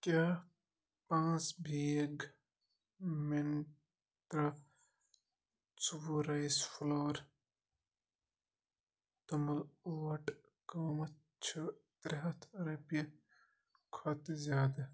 کیٛاہ پانٛژھ بیگ منترٛا ژور رایِس فٕلور توٚملہٕ اوٹ قۭمتھ چھُ ترٛےٚ ہَتھ رۄپیہِ کھۄتہٕ زِیادٕ